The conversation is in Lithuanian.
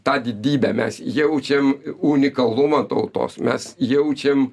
tą didybę mes jaučiam unikalumą tautos mes jaučiam